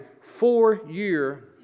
four-year